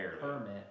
permit